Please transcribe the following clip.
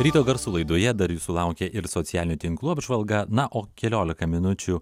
ryto garsų laidoje dar jūsų laukia ir socialinių tinklų apžvalga na o keliolika minučių